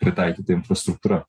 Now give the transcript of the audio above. pritaikyta infrastruktūra